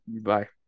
bye